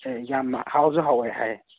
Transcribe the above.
ꯑꯦ ꯌꯥꯝ ꯍꯥꯎꯁꯨ ꯍꯥꯎꯋꯦ ꯍꯥꯏ